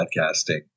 podcasting